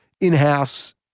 In-house